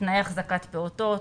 תנאי אחזקת פעוטות,